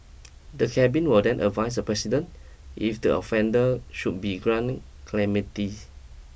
the cabin will then advise the President if the offender should be grant clemency